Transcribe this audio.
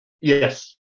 Yes